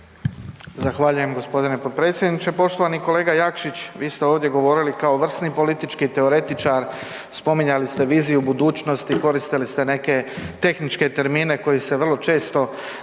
Zahvaljujem gospodine potpredsjedniče. Poštovani kolega Jakšić. Vi ste ovdje govorili kao vrsni politički teoretičar, spominjali ste viziju budućnosti, koristili ste neke tehničke termine koji se vrlo često govore.